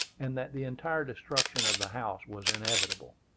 and that the entire destruction of the house was inevitable.